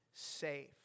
safe